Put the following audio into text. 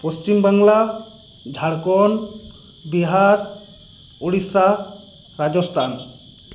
Paschim Bangla Jharkhand Bihar Odisha Rajasthan